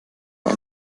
ein